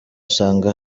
usanga